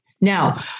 Now